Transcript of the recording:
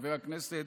חבר הכנסת,